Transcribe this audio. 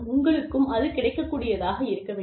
உங்களுக்கும் அது கிடைக்கக் கூடியதாக இருக்க வேண்டும்